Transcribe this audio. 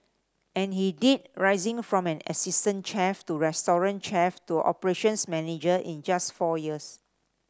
and he did rising from an assistant chef to restaurant chef to operations manager in just four years